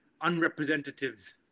unrepresentative